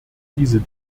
diese